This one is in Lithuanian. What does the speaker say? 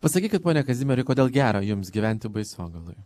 pasakykit pone kazimierai kodėl gera jums gyventi baisogaloj